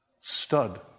Stud